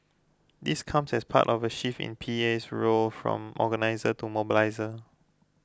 this comes as part of a shift in PA's role from organiser to mobiliser